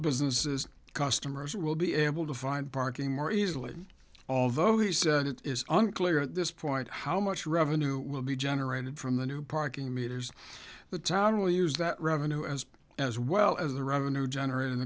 businesses customers will be able to find parking more easily although he said it is unclear at this point how much revenue will be generated from the new parking meters the town will use that revenue as as well as the revenue generat